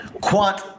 Quant